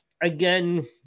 again